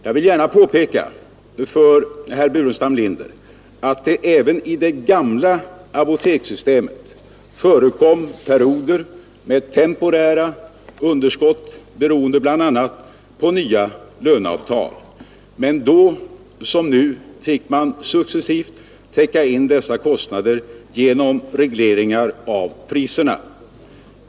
Jag vill gärna påpeka för herr Burenstam Linder att det även i det gamla apotekssystemet förekom perioder med temporära underskott, beroende på bl.a. på nya löneavtal, men då som nu fick man successivt täcka in dessa kostnader genom regleringar av priserna.